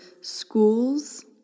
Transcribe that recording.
schools